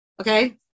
okay